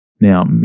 now